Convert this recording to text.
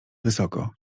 wysoko